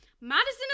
Madison